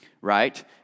right